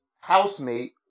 housemate